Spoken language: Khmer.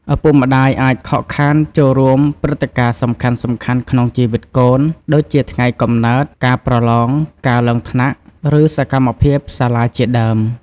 ឪពុកម្ដាយអាចខកខានចូលរួមព្រឹត្តិការណ៍សំខាន់ៗក្នុងជីវិតកូន ដូចជាថ្ងៃកំណើត ការប្រឡង ការឡើងថ្នាក់ ឬសកម្មភាពសាលាជាដើម។